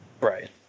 right